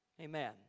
Amen